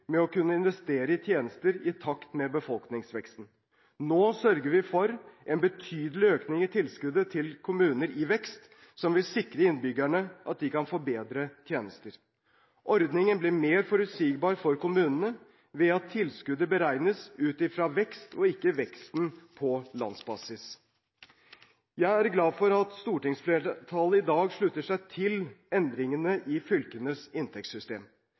med å kunne investere i tjenester i takt med befolkningsveksten. Nå sørger vi for en betydelig økning i tilskuddet til kommuner i vekst, som vil sikre at innbyggerne kan få bedre tjenester. Ordningen blir mer forutsigbar for kommunene ved at tilskuddet beregnes ut fra vekst, og ikke ut fra veksten på landsbasis. Jeg er glad for at stortingsflertallet i dag slutter seg til forslaget til endringer i fylkenes inntektssystem.